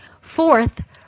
Fourth